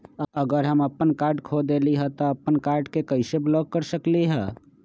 अगर हम अपन कार्ड खो देली ह त हम अपन कार्ड के कैसे ब्लॉक कर सकली ह?